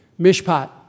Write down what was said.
Mishpat